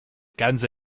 ganze